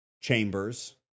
chambers